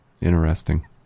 interesting